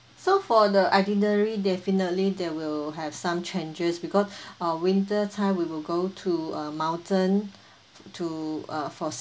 so for the itinerary definitely there will have some changes because uh winter time we will go to a mountain t~ to uh for